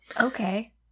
Okay